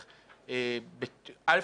א',